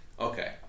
Okay